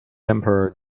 emperor